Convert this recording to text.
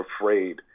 afraid